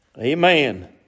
Amen